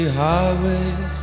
highways